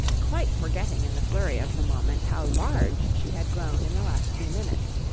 quite forgetting in the flurry of the moment how large she had grown in the last few minutes,